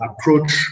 approach